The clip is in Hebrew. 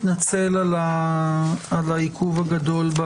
ראשית אני מתנצל על העיכוב הגדול,